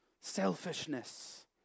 selfishness